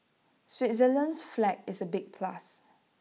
Switzerland's flag is A big plus